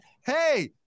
hey